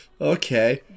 okay